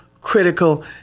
critical